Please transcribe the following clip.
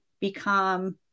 become